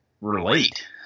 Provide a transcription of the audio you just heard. relate